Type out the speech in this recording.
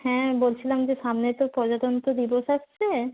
হ্যাঁ বলছিলাম যে সামনে তো প্রজাতন্ত্র দিবস আসছে